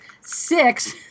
six